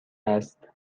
است